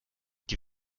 die